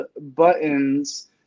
buttons